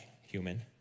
human